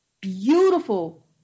beautiful